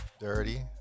Dirty